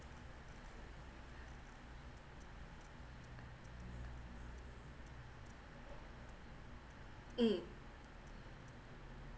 mm